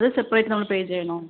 ഇത് സെപ്പറേറ്റ് നമ്മൾ പേ ചെയ്യണോ